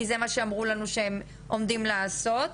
כי זה מה שאמרו לנו שהם עומדים לעשות,